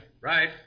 Right